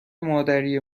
مادری